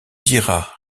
dira